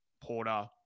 Porter